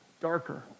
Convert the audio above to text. darker